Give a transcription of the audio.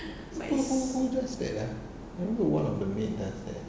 who who who just said ah I remember one of the maid does that